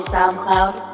SoundCloud